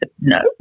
no